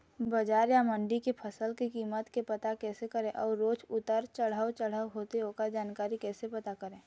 बजार या मंडी के फसल के कीमत के पता कैसे करें अऊ रोज उतर चढ़व चढ़व होथे ओकर जानकारी कैसे पता करें?